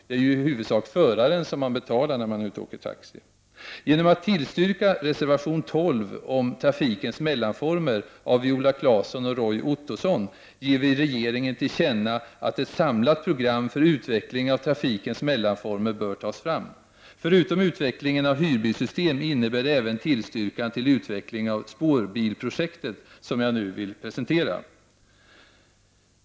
Det är i huvudsak föraren som man betalar för när man åker taxi. Genom att reservation 12 av Viola Claesson och Roy Ottosson om trafikens mellanformer tillstyrks ges regeringen till känna att ett samlat program för utveckling av trafikens mellanformer bör tas fram. Förutom att vi får en utveckling av hyrbilssystemet innebär det även en tillstyrkan till utveckling av spårbilsprojektet, som jag nu skall presentera.